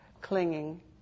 clinging